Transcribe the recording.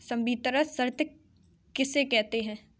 संवितरण शर्त किसे कहते हैं?